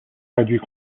réduit